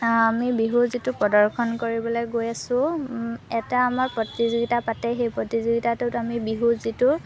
আমি বিহু যিটো প্ৰদৰ্শন কৰিবলৈ গৈ আছোঁ এটা আমাৰ প্ৰতিযোগিতা পাতে সেই প্ৰতিযোগিতাটোত আমি বিহু যিটো